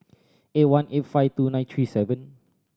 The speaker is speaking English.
eight one eight five two nine three seven